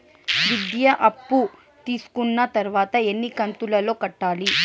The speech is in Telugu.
విద్య అప్పు తీసుకున్న తర్వాత ఎన్ని కంతుల లో కట్టాలి?